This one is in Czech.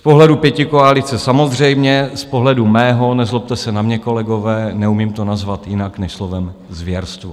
Z pohledu pětikoalice samozřejmě, z pohledu mého, nezlobte se na mě, kolegové, neumím to nazvat jinak než slovem zvěrstvo.